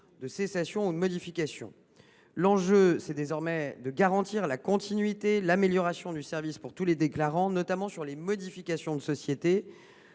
de cessation ou de modifications. L’enjeu est désormais de garantir la continuité et l’amélioration du service pour tous les déclarants, notamment dans les modifications de société,